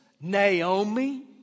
Naomi